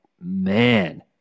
man